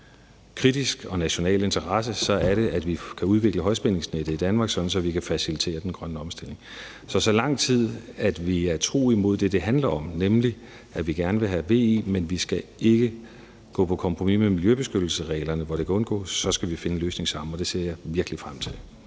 kritisk og af national interesse, er det, at vi kan udvikle højspændingsnettet i Danmark, sådan at vi kan facilitere den grønne omstilling. Så så lang tid vi er tro imod det, det handler om, nemlig at vi gerne vil have VE, men at vi ikke skal gå på kompromis med miljøbeskyttelsesreglerne, hvor det kan undgås, skal vi finde en løsning sammen, og det ser jeg virkelig frem til.